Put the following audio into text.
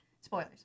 Spoilers